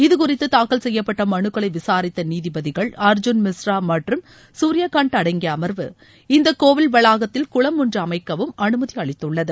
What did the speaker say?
இது குறித்து தாக்கல் செய்யப்பட்ட மனுக்களை விசாரித்த நீதிபதிகள் அர்ஜூன் மிஸ்ரா மற்றும் சூரியாகந்த் அடங்கிய அம்வு இந்த கோவில் வளாகத்தில் குளம் ஒன்று அமைக்கவும் அனுமதி அளித்துள்ளது